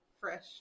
fresh